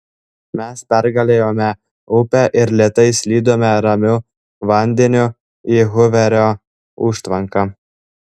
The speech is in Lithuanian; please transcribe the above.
mes pergalėjome upę ir lėtai slydome ramiu vandeniu į huverio užtvanką